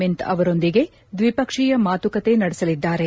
ಮಿಂತ್ ಅವರೊಂದಿಗೆ ದ್ವಿಪಕ್ಷೀಯ ಮಾತುಕತೆ ನಡೆಸಲಿದ್ದಾರೆ